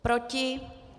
Proti?